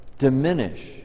Diminish